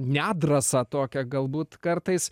nedrąsą tokią galbūt kartais